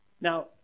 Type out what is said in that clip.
Now